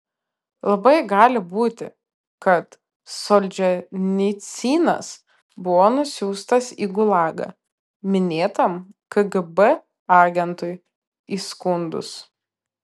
labai gali būti kad solženicynas buvo nusiųstas į gulagą minėtam kgb agentui įskundus